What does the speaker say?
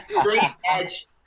Straight-edge